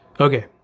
Okay